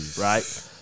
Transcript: right